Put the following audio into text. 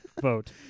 Vote